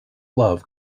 love